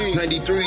93